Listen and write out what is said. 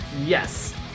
Yes